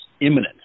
imminent